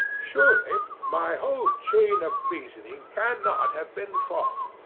surely my whole chain of reasoning cannot have been false.